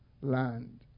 land